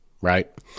right